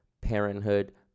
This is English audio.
parenthood